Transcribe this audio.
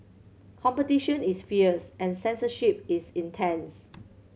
competition is fierce and censorship is intense